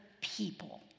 people